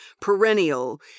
perennial